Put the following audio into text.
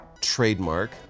trademark